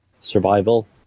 survival